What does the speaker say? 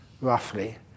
roughly